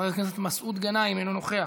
חברת הכנסת חנין זועבי, אינה נוכחת,